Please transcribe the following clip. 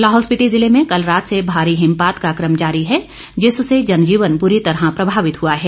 लाहौल स्पीति जिले में कल रात से भारी हिमपात का क्रम जारी है जिससे जनजीवन बुरी तरह प्रभावित हुआ है